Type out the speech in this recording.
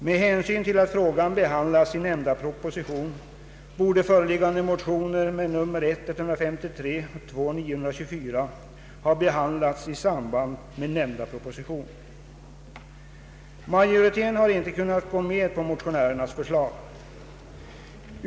Med hänsyn till att frågan behandlas i nämnda proposition borde föreliggande motioner I: 153 och II: 924 ha behandlats i samband med nämnda proposition. Majoriteten har inte kunnat gå med på motionärernas förslag.